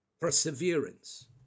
perseverance